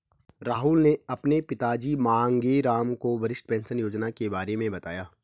राहुल ने अपने पिताजी मांगेराम को वरिष्ठ पेंशन योजना के बारे में बताया